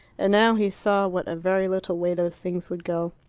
and now he saw what a very little way those things would go.